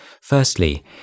Firstly